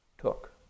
took